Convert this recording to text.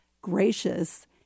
gracious